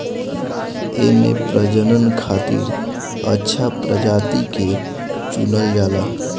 एमे प्रजनन खातिर अच्छा प्रजाति के चुनल जाला